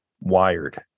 wired